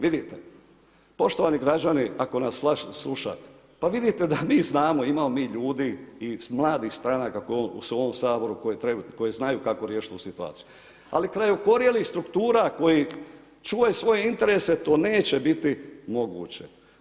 Vidite, poštovani građani, ako nas slušate, pa vidite da mi znamo, imamo mi ljudi i mladih stranaka u ovom saboru, koji znaju kako riješiti tu situaciju, ali kaj okorjelih struktura, koji čuje svoje interese, to neće biti moguće.